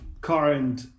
current